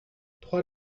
trois